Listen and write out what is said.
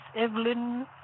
Evelyn